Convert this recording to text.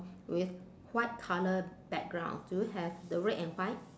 with white colour background do you have the red and white